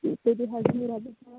بِہِو حظ رۄبَس حوالہٕ